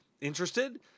Interested